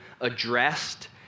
addressed